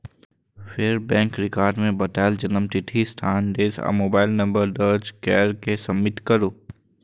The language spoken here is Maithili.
फेर बैंक रिकॉर्ड मे बतायल जन्मतिथि, स्थान, देश आ मोबाइल नंबर दर्ज कैर के सबमिट करू